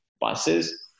buses